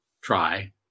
try